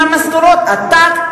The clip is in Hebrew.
עם משכורות עתק,